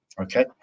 Okay